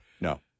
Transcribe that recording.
no